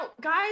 guys